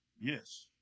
Yes